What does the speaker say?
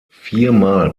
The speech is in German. viermal